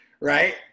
right